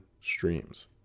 streams